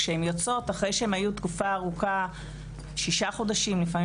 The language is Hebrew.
אחרי תקופה ארוכה של שישה חודשים ולפעמים